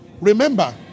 Remember